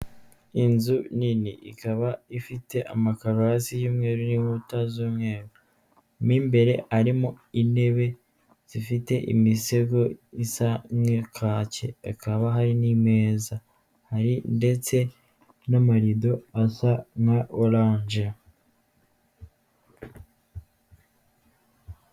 Inzu nini ikaba ifite amakaro hasi y'umweru n'inkuta z'umweru mo imbere harimo intebe zifite imisego isa nk'ikake akaba hari n'imeza hari ndetse n'amarido asa nka orange.